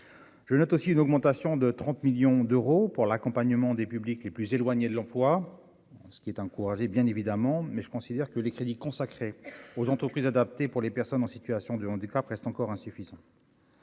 je note aussi une augmentation de 30 millions d'euros pour l'accompagnement des publics les plus éloignés de l'emploi, ce qui est encouragé, bien évidemment, mais je considère que les crédits consacrés aux entreprises adaptées pour les personnes en situation de handicap reste encore insuffisant.